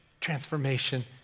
transformation